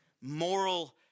moral